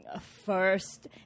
first